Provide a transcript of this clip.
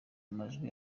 amajwi